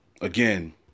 Again